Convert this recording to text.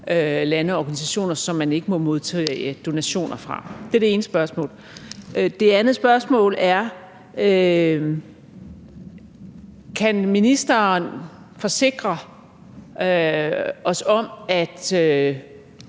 lande og organisationer, som man ikke må modtage donationer fra? Det er det ene spørgsmål. Det andet spørgsmål er: Kan ministeren forsikre os om, at